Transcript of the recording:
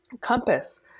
compass